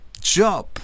job